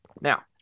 Now